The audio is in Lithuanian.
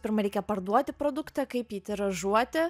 pirma reikia parduoti produktą kaip jį tiražuoti